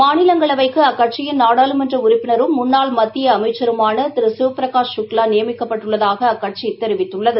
மாநிலங்களவைக்குஅக்கட்சியின் நாடாளுமன்றஉறுப்பினரும் முன்னாள் மத்திய அமைச்சருமானதிருசிவ்பிரகாஷ் சுக்லாநியமிக்கப்பட்டுள்ளதாகஅக்கட்சிதெரிவித்துள்ளது